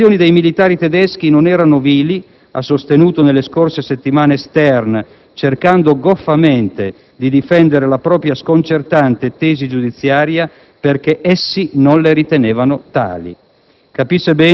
Le motivazioni dei militari tedeschi non erano vili - ha sostenuto nelle scorse settimane Stern, cercando goffamente di difendere la propria sconcertante tesi giudiziaria - perché essi non le ritenevano tali.